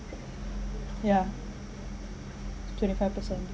yeah twenty five percent